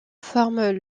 forment